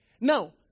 Now